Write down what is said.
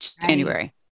January